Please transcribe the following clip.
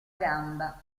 gamba